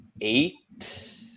eight